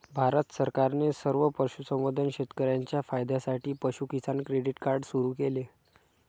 भारत सरकारने सर्व पशुसंवर्धन शेतकर्यांच्या फायद्यासाठी पशु किसान क्रेडिट कार्ड सुरू केले